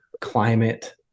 climate